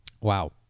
Wow